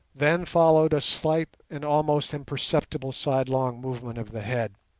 then followed a slight and almost imperceptible sidelong movement of the head.